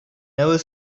never